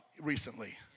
recently